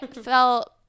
felt